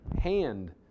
hand